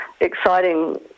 exciting